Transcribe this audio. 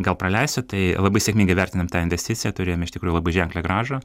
gal praleisiu tai labai sėkmingai vertinam tą investiciją turėjom iš tikrųjų labai ženklią grąžą